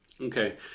okay